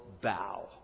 bow